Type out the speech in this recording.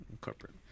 corporate